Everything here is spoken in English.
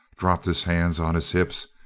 dropped his hands on his hips,